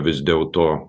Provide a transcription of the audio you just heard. vis dėl to